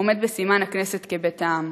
עומד בסימן "הכנסת כבית העם,